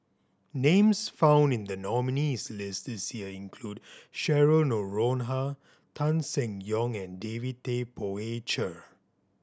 names found in the nominees' list this year include Cheryl Noronha Tan Seng Yong and David Tay Poey Cher